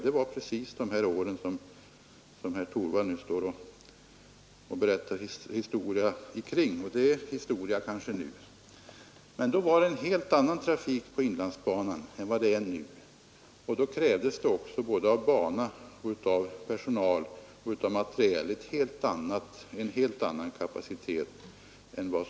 Det var precis de åren vars historia herr Torwald nu berättar om. Då var det en helt annan trafik än vad det är nu, och då krävdes både av bana och materiel en helt nannan kapacitet.